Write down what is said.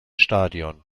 stadion